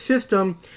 system